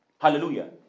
Hallelujah